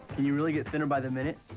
you really get thinner by the minute?